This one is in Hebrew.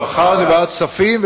מחר זה בוועדת הכספים,